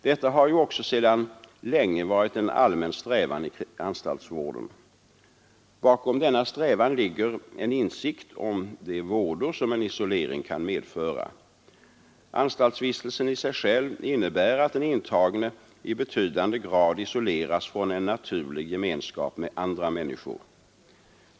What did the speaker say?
Detta har ju också sedan länge varit en allmän strävan i anstaltsvården. Bakom denna strävan ligger en insikt om de vådor som en isolering kan medföra. Anstalsvistelsen i sig själv innebär att den intagne i betydande grad isoleras från en naturlig gemenskap med andra människor.